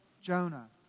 Jonah